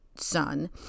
son